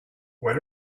when